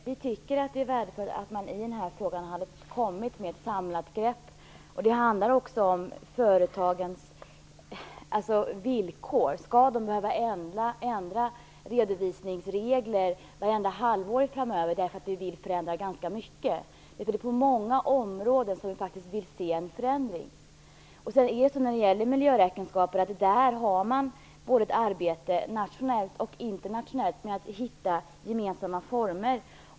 Herr talman! Vi tycker att det skulle ha varit värdefullt att man i den här frågan hade kommit med ett samlat grepp. Det handlar också om företagens villkor. Skall de behöva ändra redovisningsregler vartenda halvår framöver, eftersom vi vill göra ganska många förändringar? På många områden vill vi faktiskt se en förändring. När det gäller miljöräkenskaperna utför man ett arbete både nationellt och internationellt för att finna gemensamma former.